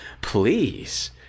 Please